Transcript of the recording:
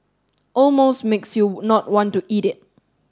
almost makes you not want to eat it